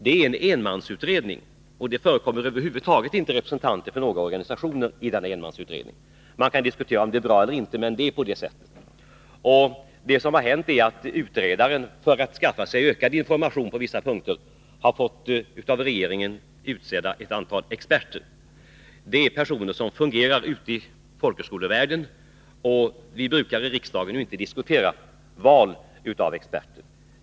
Det är en enmansutredning, och det förekommer över huvud taget inga representanter för några organisationer i en enmansutredning. Man kan diskutera om det är bra eller inte, men det är på det sättet. Vad som har hänt är att utredaren för att skaffa sig ökad information på vissa punkter har fått ett antal experter utsedda av regeringen. Det är personer som fungerar ute i folkhögskolevärlden. Vi brukar i riksdagen inte diskutera valet av experter.